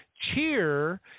cheer